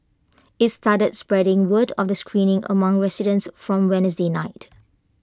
IT started spreading word of the screening among residents from Wednesday night